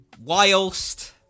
Whilst